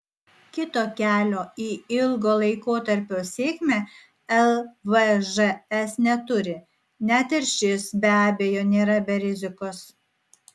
kito kelio į ilgo laikotarpio sėkmę lvžs neturi net ir šis be abejo nėra be rizikos